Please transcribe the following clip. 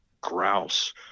grouse